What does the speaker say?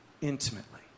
intimately